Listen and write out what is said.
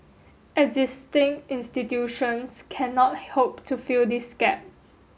existing institutions cannot hope to fill this gap